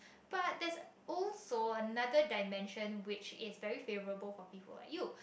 but that's also another dimension which is very favorable for people like you